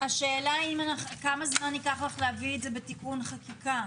השאלה כמה זמן ייקח לך להביא את זה בתיקון חקיקה?